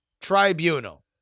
tribunal